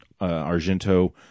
Argento